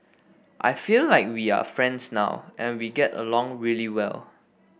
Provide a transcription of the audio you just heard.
I feel like we are friends now and we get along really well